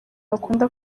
bakunda